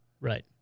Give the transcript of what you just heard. right